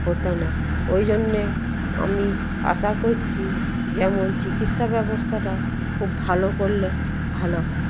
হতো না ওই জন্যে আমি আশা করছি যেমন চিকিৎসা ব্যবস্থাটা খুব ভালো করলে ভালো হয়